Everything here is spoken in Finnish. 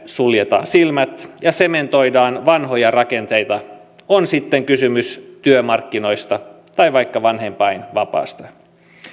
suljetaan silmät ja sementoidaan vanhoja rakenteita on sitten kysymys työmarkkinoista tai vaikka vanhempainvapaista